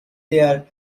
their